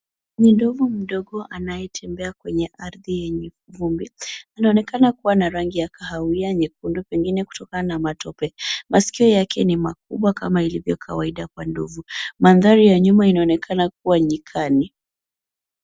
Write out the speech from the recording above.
Ni ndovu mdogo anayetembea kwenye ardhi yenye vumbi. Inaonekana kuwa na rangi ya kahawia nyekundu, pengine kutokana na matope. Masikio yake ni makubwa, kama ilivyo kawaida kwa ndovu. Mandhari ya nyuma inaonekana kuwa nyikani.